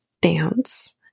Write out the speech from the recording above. dance